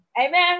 Amen